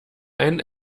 einen